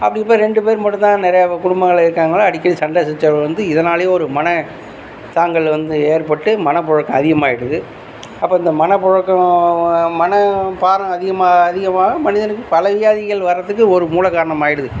அப்படி இப்போ ரெண்டு பேர் மட்டும் தான் நிறைய குடும்பங்களில் இருக்காங்க அடிக்கடி சண்டை சச்சரவு வந்து இதனாலே ஒரு மனதாங்கல் வந்து ஏற்பட்டு மனபுழுக்கம் அதிகமாகிடுது அப்போ இந்த மனபுழுக்கம் மன பாரம் அதிகமாக அதிகமாக மனிதனுக்கு பல வியாதிகள் வரதுக்கு ஒரு மூல காரணமாகிடுது